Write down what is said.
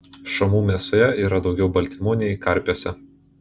šamų mėsoje yra daugiau baltymų nei karpiuose